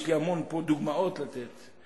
יש לי המון דוגמאות לתת.